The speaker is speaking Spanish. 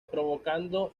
provocando